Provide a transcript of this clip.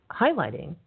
highlighting